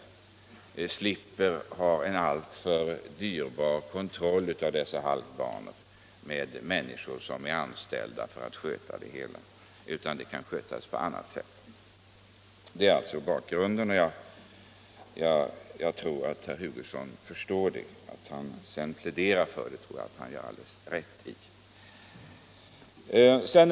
Man bör slippa ha en alltför dyrbar kontroll av dessa halkbanor, med människor som är anställda för att sköta dem. De borde kunna skötas på annat sätt. Detta är alltså bakgrunden till vårt ställningstagande, och jag tror att herr Hugosson förstår det. Däremot tycker jag att han gör helt rätt i att plädera för halkbanor.